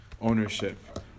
ownership